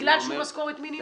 בגלל שהוא במשכורת מינימום?